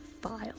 file